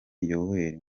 yoweli